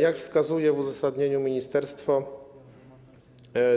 Jak wskazuje w uzasadnieniu ministerstwo,